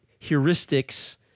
heuristics